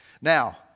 Now